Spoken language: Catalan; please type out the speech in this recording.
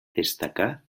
destacà